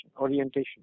orientation